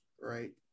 right